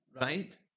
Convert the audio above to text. right